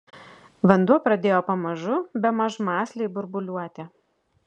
vanduo pradėjo pamažu bemaž mąsliai burbuliuoti